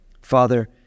father